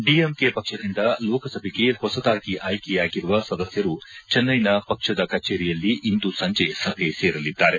DMK ಪಕ್ಷದಿಂದ ಲೋಕಸಭೆಗೆ ಹೊಸದಾಗಿ ಆಯ್ಲೆಯಾಗಿರುವ ಸದಸ್ದರು ಚೆನ್ನೈನ ಪಕ್ಷದ ಕಚೇರಿಯಲ್ಲಿ ಇಂದು ಸಂಜೆ ಸಭೆ ಸೇರಲಿದ್ದಾರೆ